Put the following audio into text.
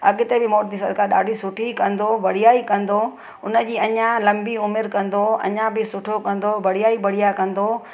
अॻिते बि मोदी सरकार ॾाढी सुठी कंदो बढ़िया ई कंदो उन जी अञा लंबी उमिरि कंदो अञा बि सुठो कंदो बढ़िया ई बढ़िया कंदो